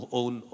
own